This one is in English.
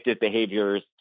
behaviors